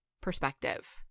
perspective